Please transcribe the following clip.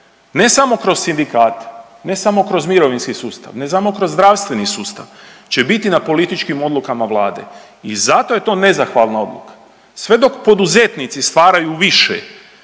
ne samo kroz sindikate, ne samo kroz mirovinski sustav, ne samo kroz zdravstveni sustav će biti na političkim odlukama Vlade i zato je to nezahvalna odluka, sve dok poduzetnici stvaraju više,